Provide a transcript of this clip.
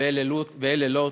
ואלו לא.